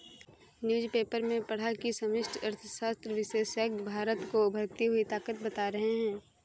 newspaper में पढ़ा की समष्टि अर्थशास्त्र विशेषज्ञ भारत को उभरती हुई ताकत बता रहे हैं